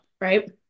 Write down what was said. right